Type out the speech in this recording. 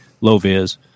low-vis